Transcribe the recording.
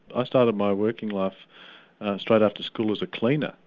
i started my working life straight after school as a cleaner,